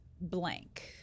blank